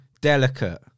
delicate